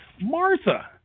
Martha